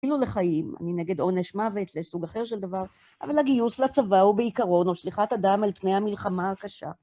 כאילו לחיים, אני נגד עונש מוות, זה סוג אחר של דבר, אבל הגיוס לצבא הוא בעיקרון או שליחת אדם על פני המלחמה הקשה.